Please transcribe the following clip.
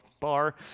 bar